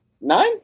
nine